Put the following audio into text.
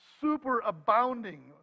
superabounding